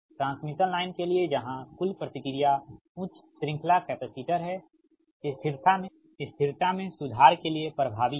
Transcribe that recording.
transmission line के लिए जहां कुल प्रतिक्रिया उच्च श्रृंखला कैपेसिटर है स्थिरता में सुधार के लिए प्रभावी है